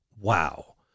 wow